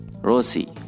Rosie